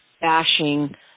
bashing